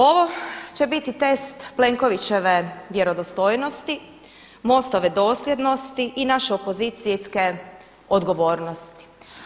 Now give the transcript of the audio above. Ovo će biti test Plenkovićeve vjerodostojnosti, Mostove dosljednosti i naše opozicijske odgovornosti.